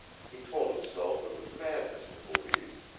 he told himself it was madness to believe,